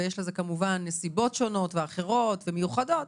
ויש לזה כמובן נסיבות שונות ואחרות ומיוחדות,